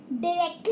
directly